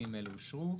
הסעיפים האלה אושרו.